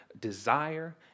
desire